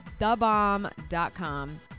thebomb.com